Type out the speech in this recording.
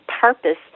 purpose